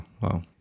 wow